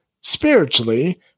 spiritually